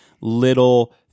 little